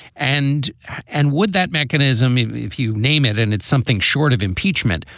and and would that mechanism, if if you name it, and it's something short of impeachment.